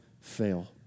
fail